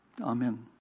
Amen